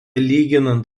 lyginant